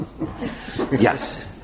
Yes